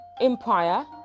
Empire